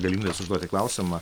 galimybės užduoti klausimą